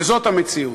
וזאת המציאות.